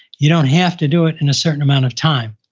you don't have to do it in a certain amount of time.